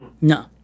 No